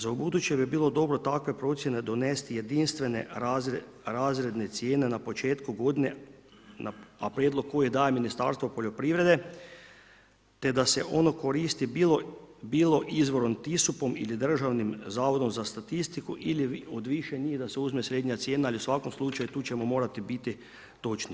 Za ubuduće bi bilo dobro takve procjene donijeti jedinstvene razredne cijene na početku godine, a prijedlog koji daje Ministarstvo poljoprivrede, te da se ono koristi bilo izvorom ... ili Državnim zavodom za statistiku ili od više njih da se uzme srednja cijena, ali u svakom slučaju tu ćemo morati biti točniji.